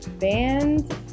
band